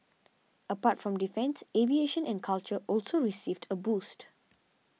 apart from defence aviation and culture also received a boost